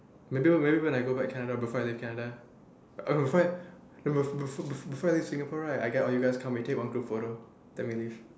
maybe maybe when I go back Canada before I leave Canada oh no b~ before I leave Singapore right I get all you guys to come take one group photo then we leave